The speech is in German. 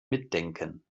mitdenken